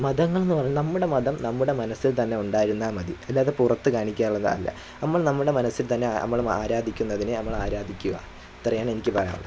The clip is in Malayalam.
മതങ്ങളെന്നു പറഞ്ഞാൽ നമ്മുടെ മതം നമ്മുടെ മനസ്സിൽ തന്നെ ഉണ്ടായിരുന്നാൽ മതി ഇല്ലാതെ പുറത്തു കാണിക്കാനുള്ളതല്ല നമ്മൾ നമ്മുടെ മനസ്സിൽ തന്നെ നമ്മൾ ആരാധിക്കുന്നതിനെ നമ്മൾ ആരാധിക്കുക ഇത്രയാണ് എനിക്ക് പറയാനുള്ളത്